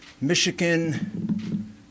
Michigan